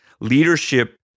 leadership